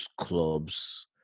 clubs